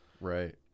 right